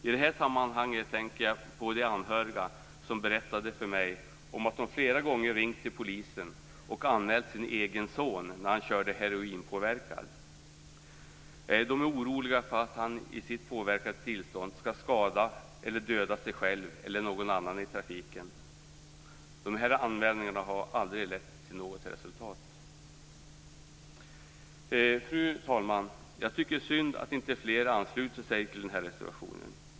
I det här sammanhanget tänker jag på de anhöriga som berättade för mig att de flera gånger ringt till polisen och anmält sin egen son när han körde heroinpåverkad. De är oroliga för att han i sitt påverkade tillstånd skall skada eller döda sig själv eller någon annan i trafiken. Anmälningarna har aldrig lett till något resultat. Fru talman! Det är synd att inte fler har anslutit sig till reservationen.